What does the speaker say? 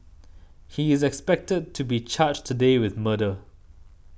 he is expected to be charged today with murder